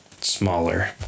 Smaller